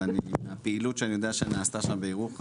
אבל הפעילות שאני יודע שנעשתה שם בירוחם,